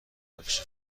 روش